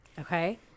Okay